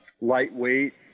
lightweight